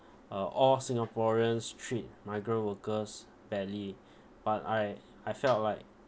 uh all singaporeans treat migrant workers fairly but I I felt like